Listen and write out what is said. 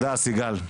סיגל.